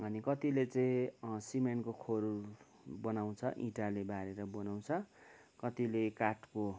अनि कतिले चाहिँ सिमेन्टको खोरहरू बनाउँछ इँटाले बारेर बनाउँछ कतिले काठको